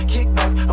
Kickback